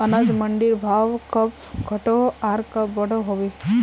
अनाज मंडीर भाव कब घटोहो आर कब बढ़ो होबे?